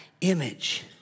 image